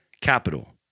capital